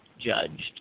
judged